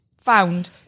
found